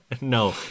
No